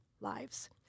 lives